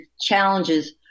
challenges